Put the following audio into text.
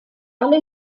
alle